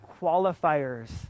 qualifiers